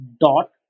dot